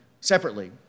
separately